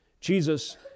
Jesus